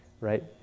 right